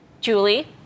Julie